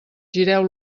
gireu